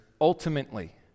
ultimately